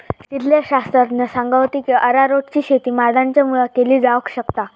शेतीतले शास्त्रज्ञ सांगा होते की अरारोटची शेती माडांच्या मुळाक केली जावक शकता